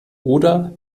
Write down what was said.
oder